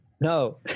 no